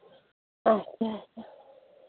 اچھا